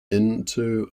into